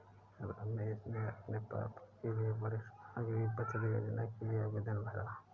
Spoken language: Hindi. रमेश ने अपने पापा के लिए वरिष्ठ नागरिक बचत योजना के लिए आवेदन भरा